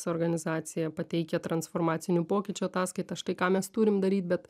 organizacija pateikia transformacinių pokyčių ataskaitą štai ką mes turim daryt bet